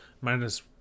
minus